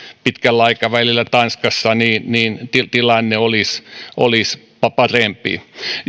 pitkällä aikavälillä tanskassa niin niin tilanne olisi olisi parempi